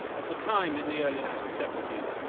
at the time, in the early nineteen seventy s,